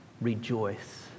rejoice